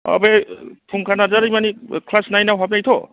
अ' बे फुंखा नार्जारी माने क्लास नाइनाव हाबनायथ'